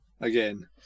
again